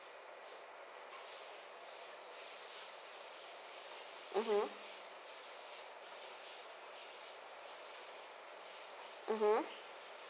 mmhmm